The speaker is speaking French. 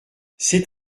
c’est